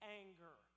anger